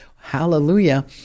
Hallelujah